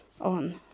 on